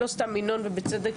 לא סתם ינון, בצדק,